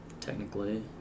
technically